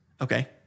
Okay